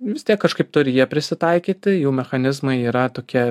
vis tiek kažkaip turi jie prisitaikyti jų mechanizmai yra tokie